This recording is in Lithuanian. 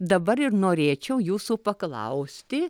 dabar ir norėčiau jūsų paklausti